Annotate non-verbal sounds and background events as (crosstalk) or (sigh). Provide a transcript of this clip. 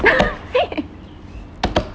(laughs)